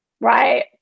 Right